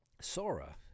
Sora